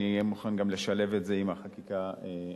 אני אהיה מוכן גם לשלב את זה עם החקיקה הממשלתית.